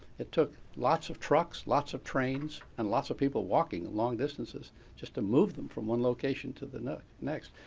it took lots of trucks, lots of trains, and lots of people walking long distances just to move them from one location to the next.